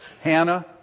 Hannah